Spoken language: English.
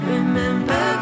Remember